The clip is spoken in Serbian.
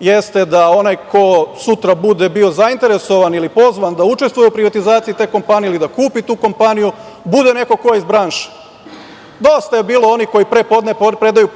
jeste da onaj ko sutra bude bio zainteresovan ili pozvan da učestvuje u privatizaciji te kompanije ili da kupu tu kompaniju bude neko ko je iz branše. Dosta je bilo onih koji pre podne